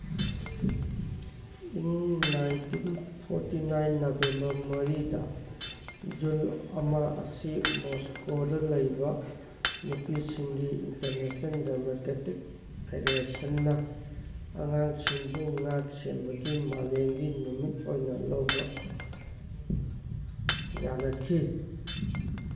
ꯏꯪ nineteen forty nine November ꯃꯔꯤꯗ ꯖꯨꯟ ꯑꯃ ꯑꯁꯤ ꯃꯣꯁꯀꯣꯗ ꯂꯩꯕ ꯅꯨꯄꯤꯁꯤꯡꯒꯤ ꯏꯟꯇꯔꯅꯦꯁꯅꯦꯜ ꯗꯦꯃꯣꯀ꯭ꯔꯦꯇꯤꯛ ꯐꯦꯗꯦꯔꯦꯁꯟꯅ ꯑꯉꯥꯡꯁꯤꯡꯕꯨ ꯉꯥꯛ ꯁꯦꯟꯕꯒꯤ ꯃꯥꯂꯦꯝꯒꯤ ꯅꯨꯃꯤꯠ ꯑꯣꯏꯟ ꯂꯧꯕ ꯌꯥꯅꯈꯤ